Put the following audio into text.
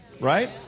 right